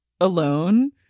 alone